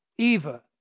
Eva